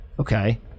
okay